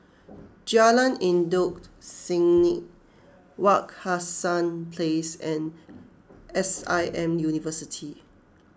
Jalan Endut Senin Wak Hassan Place and S I M University